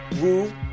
Woo